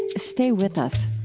stay with us